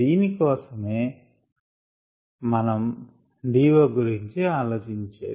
దీనికోసమే మనం DO గురించి ఆలోచించేది